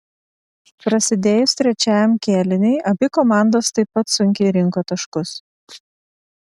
prasidėjus trečiajam kėliniui abi komandos taip pat sunkiai rinko taškus